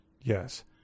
Yes